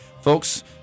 Folks